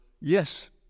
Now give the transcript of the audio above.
yes